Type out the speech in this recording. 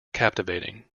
captivating